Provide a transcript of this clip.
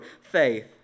faith